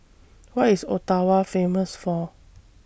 What IS Ottawa Famous For